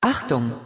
Achtung